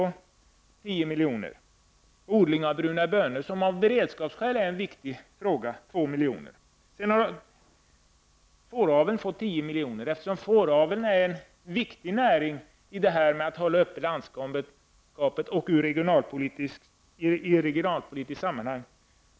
Här föreslår vi ett bidrag på 10 milj.kr. Till odling av bruna bönor, som av beredskapsskäl är en viktigt produkt, anslår vi 2 Vidare får fåraveln 10 milj.kr. Fåraveln är en viktigt näring när det gäller att hålla landskapet öppet, och den är viktig även i regionalpolitiska sammanhang.